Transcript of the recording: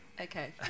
Okay